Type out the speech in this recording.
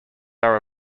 are